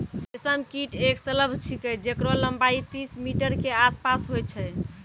रेशम कीट एक सलभ छिकै जेकरो लम्बाई तीस मीटर के आसपास होय छै